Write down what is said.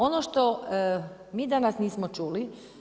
Ono što mi danas nismo čuli.